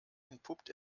entpuppt